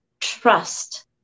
trust